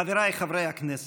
חבריי חברי הכנסת,